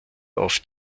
auf